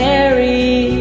Mary